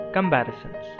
Comparisons